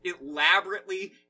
elaborately